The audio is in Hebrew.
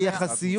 היחסיות